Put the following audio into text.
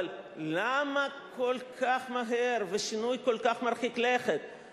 אבל למה כל כך מהר ובשינוי מרחיק לכת כל כך?